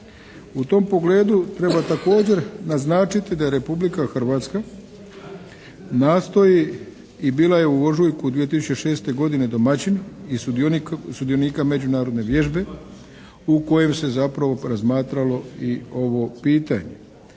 U tom pogledu treba također naznačiti da Republika Hrvatska nastoji i bila je u ožujku 2006. godine domaćin i sudionika međunarodne vježbe u kojem se zapravo razmatralo i ovo pitanje.